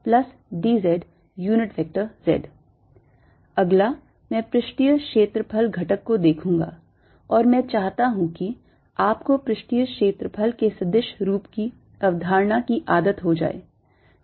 dldxxdyydzz अगला मैं पृष्ठीय क्षेत्रफल घटक को देखूंगा और मैं चाहता हूं कि आप को पृष्ठीय क्षेत्रफल के सदिश रूप की अवधारणा की आदत हो जाए